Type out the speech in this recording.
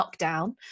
lockdown